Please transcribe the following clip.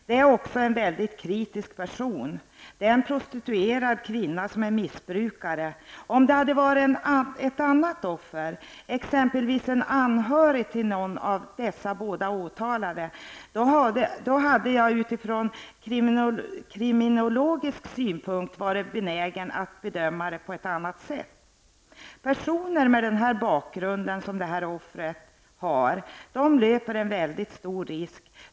Det är också en väldigt kritisk person, det är en prostituerad kvinna som är missbrukare. Om det hade varit ett annat offer, exempelvis en anhörig till någon av dessa båda åtalade, då hade jag utifrån kriminologisk synpunkt varit benägen att bedöma det på ett annat sätt. Personer med den här bakgrunden, som det här offret har, de löper en väldigt stor risk.